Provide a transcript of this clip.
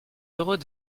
heureux